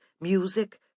music